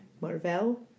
Marvel